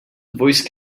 voice